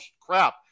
crap